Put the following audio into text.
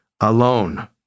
alone